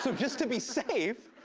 so just to be safe,